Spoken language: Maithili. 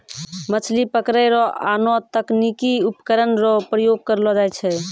मछली पकड़ै रो आनो तकनीकी उपकरण रो प्रयोग करलो जाय छै